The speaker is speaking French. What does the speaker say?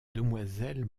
demoiselle